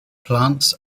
plants